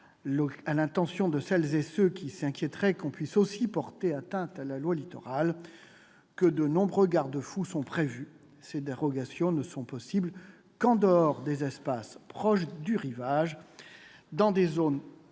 à l'attention de celles et ceux qui s'inquiéteraient que l'on puisse ainsi porter atteinte à la loi Littoral, que de nombreux garde-fous sont prévus : ces dérogations ne sont possibles qu'en dehors des espaces proches du rivage, dans des zones identifiées